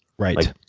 right.